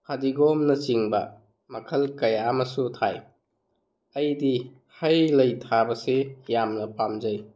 ꯐꯗꯤꯒꯣꯝꯅꯆꯤꯡꯕ ꯃꯈꯜ ꯀꯌꯥ ꯑꯃꯁꯨ ꯊꯥꯏ ꯑꯩꯗꯤ ꯍꯩ ꯂꯩ ꯊꯥꯕꯁꯤ ꯌꯥꯝꯅ ꯄꯥꯝꯖꯩ